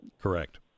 Correct